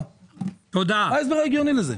מה ההסבר ההגיוני לזה?